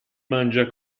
mangia